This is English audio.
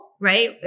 right